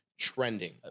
Trending